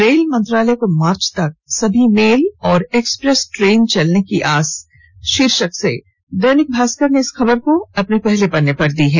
rail मंत्रालय को March तक सभी मेल और एक्सप्रेस ट्रेन चलने की आस शीर्षक से दैनिक भास्कर ने इस खबर को पहले पेज पर प्रकाशित किया है